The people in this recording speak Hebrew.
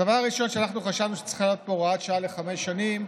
הדבר הראשון שאנחנו חשבנו שצריכה להיות פה זה הוראת שעה לחמש שנים,